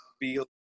feel